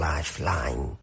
Lifeline